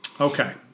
okay